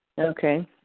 Okay